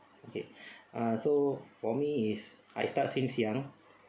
okay ah so for me is I start since young